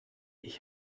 ich